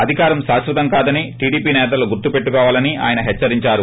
అధికారం శాశ్వతం కాదని టీడీపీ నేతలు గుర్తు పెట్టుకోవాలని ఆయన హెచ్చరించారు